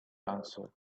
answered